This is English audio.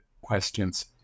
questions